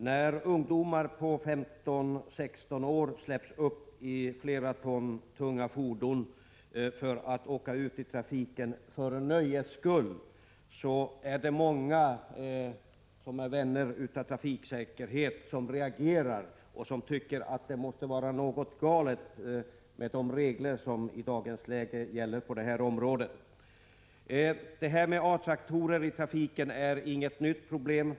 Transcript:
När ungdomar på 15—16 år släpps ut i trafiken med flera ton tunga fordon enbart för nöjesåkning reagerar många vänner av trafiksäkerhet och tycker att det måste vara något galet med de regler som i dag gäller på det här området. Frågan om A-traktorer i trafiken är inget nytt problem.